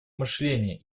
мышления